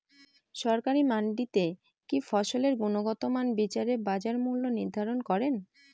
সরকারি মান্ডিতে কি ফসলের গুনগতমান বিচারে বাজার মূল্য নির্ধারণ করেন?